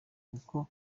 kuko